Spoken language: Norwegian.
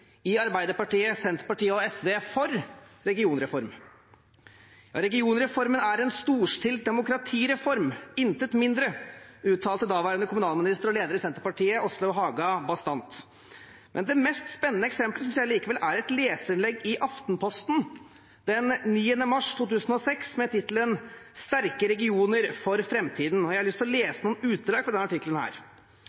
i Arbeiderpartiet, Senterpartiet og SV for regionreform. «Regionreformen er en storstilt demokratireform, intet mindre», uttalte daværende kommunalminister og leder i Senterpartiet, Åslaug Haga, bastant. Men det mest spennende eksemplet synes jeg likevel er et leserinnlegg i Aftenposten den 9. mars 2006 med tittelen «Sterke regioner for fremtiden», og jeg har lyst til å